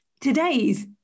Today's